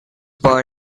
born